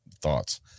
thoughts